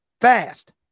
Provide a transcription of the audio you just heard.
fast